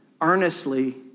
earnestly